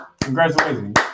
Congratulations